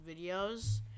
videos